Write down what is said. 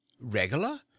regular